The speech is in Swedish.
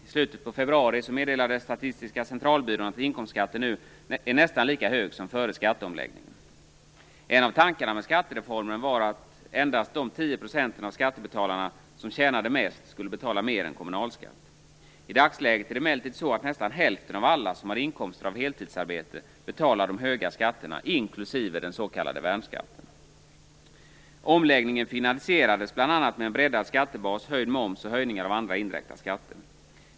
I slutet av februari meddelade Statistiska centralbyrån att inkomstskatten nu är nästan lika hög som före skatteomläggningen. En av tankarna med skattereformen var att endast de 10 % av skattebetalarna som tjänade mest skulle betala mer än kommunalskatt. I dagsläget betalar emellertid nästan hälften av alla som har inkomster av heltidsarbete de höga skatterna, inklusive den s.k. Omläggningen finansierades bl.a. med breddad skattebas, höjd moms och höjningar av andra indirekta skatter.